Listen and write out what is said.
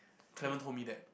Clement told me that